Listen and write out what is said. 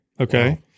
okay